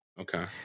Okay